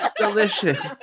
Delicious